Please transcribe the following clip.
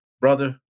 brother